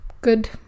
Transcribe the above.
good